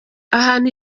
ahantu